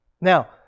Now